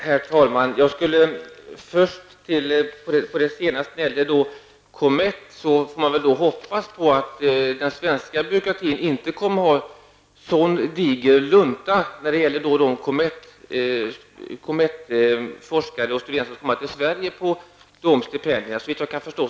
Herr talman! När det gäller COMETT får man väl hoppas att den svenska byråkratin inte kommer att innebära att de utländska forskare och studenter som kommer till Sverige på stipendium skall behöva få en sådan diger lunta.